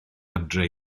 adre